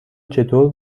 چطور